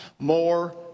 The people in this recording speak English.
more